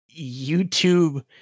YouTube